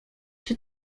czy